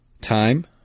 time